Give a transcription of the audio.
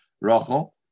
Rachel